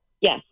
Yes